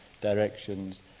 directions